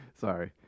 Sorry